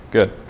Good